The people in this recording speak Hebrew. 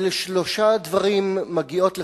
על שלושה דברים מגיעות לך,